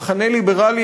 מחנה ליברלי,